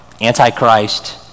Antichrist